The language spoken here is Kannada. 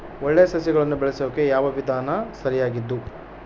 ಒಳ್ಳೆ ಸಸಿಗಳನ್ನು ಬೆಳೆಸೊಕೆ ಯಾವ ವಿಧಾನ ಸರಿಯಾಗಿದ್ದು?